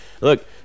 Look